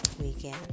weekend